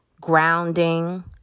grounding